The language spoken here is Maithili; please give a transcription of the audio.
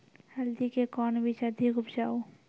हल्दी के कौन बीज अधिक उपजाऊ?